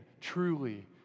truly